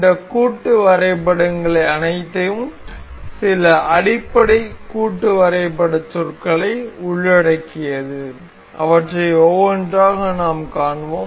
இந்த கூட்டு வரைபடங்கள் அனைத்தும் சில அடிப்படை கூட்டு வரைபடச் சொற்களை உள்ளடக்கியது அவற்றை ஒவ்வொன்றாக நாம் காண்வோம்